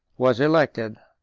was elected,